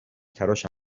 تراشم